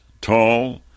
tall